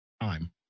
Time